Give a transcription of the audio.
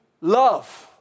love